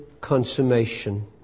consummation